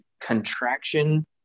contraction